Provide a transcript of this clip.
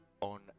on